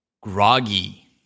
groggy